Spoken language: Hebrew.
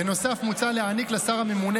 בנוסף מוצע להעניק לשר הממונה,